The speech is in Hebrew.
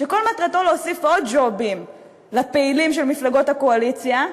שכל מטרתו להוסיף עוד ג'ובים לפעילים של מפלגות הקואליציה,